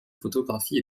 photographies